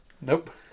Nope